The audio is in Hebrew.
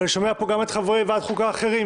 ואני שומע פה גם את חברי ועדת החוקה האחרים